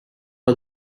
for